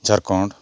Jharkhand